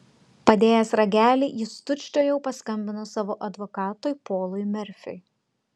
padėjęs ragelį jis tučtuojau paskambino savo advokatui polui merfiui